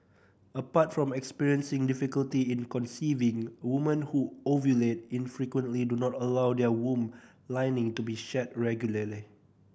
apart from experiencing difficulty in conceiving woman who ovulate infrequently do not allow their womb lining to be shed regularly